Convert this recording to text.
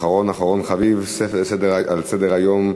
אחרון אחרון חביב, על סדר-היום.